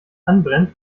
anbrennt